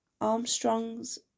Armstrong's